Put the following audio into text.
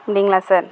அப்படிங்களா சார்